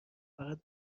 فقط